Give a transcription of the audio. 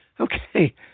Okay